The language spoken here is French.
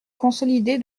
consolidé